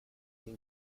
mon